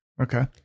Okay